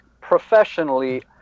professionally